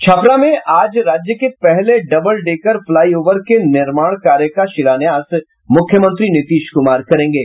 छपरा में आज राज्य के पहले डबल डेकर फ्लाईओवर के निर्माण कार्य का शिलान्यास मुख्यमंत्री नीतीश कुमार करेंगे